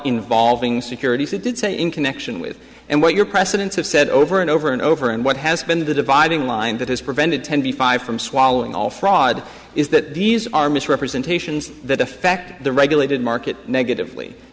involving securities he did say in connection with and what your precedents have said over and over and over and what has been the dividing line that has prevented ten b five from swallowing all fraud is that these are misrepresentations that affect the regulated market negatively